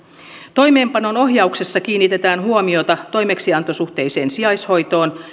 toimeenpanon ohjauksessa kiinnitetään huomiota toimeksiantosuhteiseen sijaishoitoon